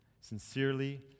sincerely